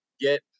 get